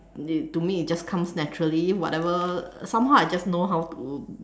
to me it just comes naturally whatever somehow I just know how to